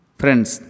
friends